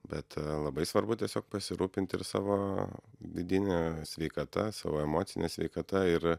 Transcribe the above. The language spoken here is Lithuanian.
bet labai svarbu tiesiog pasirūpinti ir savo vidine sveikata savo emocine sveikata ir